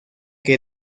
que